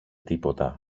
τίποτα